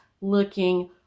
looking